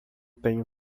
tenho